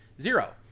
Zero